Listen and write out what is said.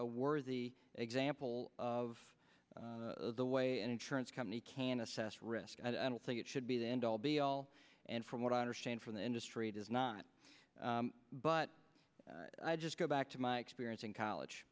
worthy example of the way an insurance company can assess risk and i don't think it should be the end all be all and from what i understand from the industry it is not but i just go back to my experience in college